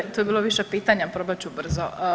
Oke, to je bilo više pitanja, probat ću brzo.